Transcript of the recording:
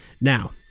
now